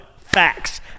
facts